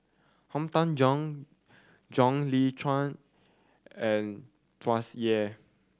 Han Tan Juan John Le Cain and Tsung Yeh